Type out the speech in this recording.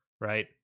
Right